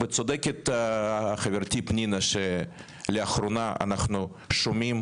צודקת חברתי פנינה שלאחרונה אנחנו שומעים